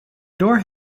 door